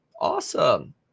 Awesome